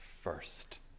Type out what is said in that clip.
first